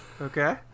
Okay